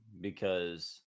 because-